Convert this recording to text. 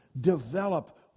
Develop